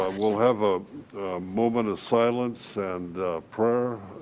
um we'll have a moment of silence and prayer.